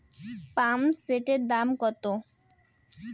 পাম্পসেটের দাম কত?